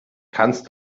kannst